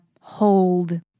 hold